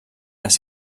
les